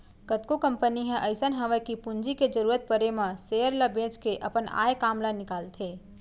कतको कंपनी ह अइसन हवय कि पूंजी के जरूरत परे म सेयर ल बेंच के अपन आय काम ल निकालथे